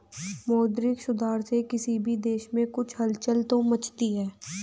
मौद्रिक सुधार से किसी भी देश में कुछ हलचल तो मचती है